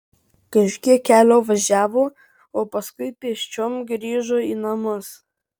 kažkiek kelio važiavo o paskui pėsčiom grįžo į namus